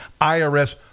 IRS